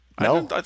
No